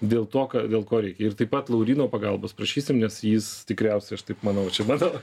dėl to ka dėl ko reikia ir taip pat lauryno pagalbos prašysim nes jis tikriausiai aš taip manau čia mano